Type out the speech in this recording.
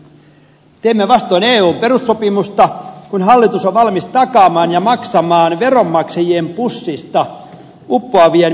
teemme vastoin eun perussopimusta kun hallitus on valmis takaamaan ja maksamaan veronmaksajien pussista uppoavien velkamaiden lainoja